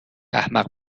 احمق